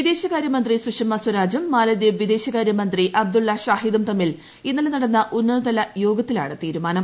വിദേശകാര്യമന്ത്രി സുഷമസ്വരാജും മാലദ്വീപ് വിദേശകാരൃമന്ത്രി അബ്ദുള്ള ഷാഹിദും തമ്മിൽ ഇന്നലെ നടന്ന ഉന്നതതല യോഗത്തിലാണ് തീരുമാനം